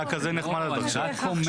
היה כזה נחמד עד עכשיו.